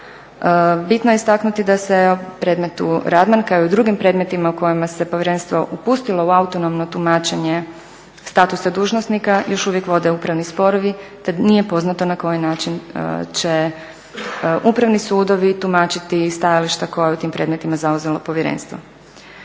Bitno je istaknuti da se o predmetu Radman kao i u drugim predmetima kojima se povjerenstvo upustilo u autonomno tumačenje statusa dužnosnika još uvijek vode upravni sporovi te nije poznato na koji način će upravni sudovi tumačiti stajališta koja je u tim predmetima zauzelo povjerenstvo.